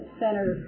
center